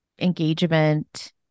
engagement